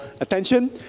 attention